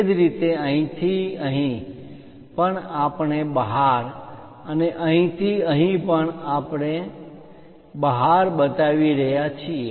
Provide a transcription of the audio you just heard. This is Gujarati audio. એ જ રીતે અહીંથી અહીં પણ આપણે બહાર અને અહીં થી અહીં પણ બહાર બતાવી રહ્યા છીએ